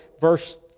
verse